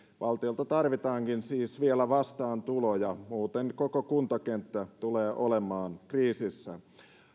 valtiolta tarvitaankin siis vielä vastaantuloja muuten koko kuntakenttä tulee olemaan kriisissä